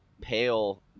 pale